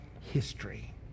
history